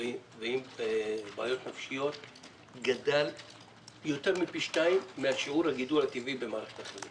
ועם בעיות נפשיות כפול ויותר מהגידול הטבעי במערכת החינוך